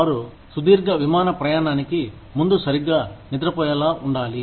వారు సుదీర్ఘంగా విమాన ప్రయాణానికి ముందు సరిగ్గా నిద్ర పోయేలా ఉండాలి